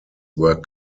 were